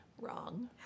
wrong